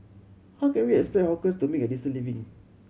how can we expect hawkers to make a decent living